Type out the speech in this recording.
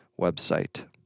website